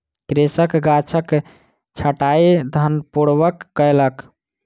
कृषक गाछक छंटाई ध्यानपूर्वक कयलक